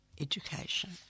education